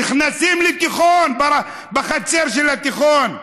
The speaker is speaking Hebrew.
נכנסים לתיכון, לחצר של התיכון,